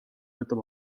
võtab